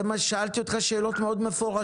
זה מה ששאלתי אותך, שאלות מאוד מפורשות.